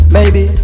Baby